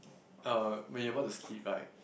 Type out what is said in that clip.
uh be able to sleep like